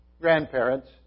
grandparents